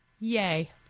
Yay